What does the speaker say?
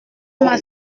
m’a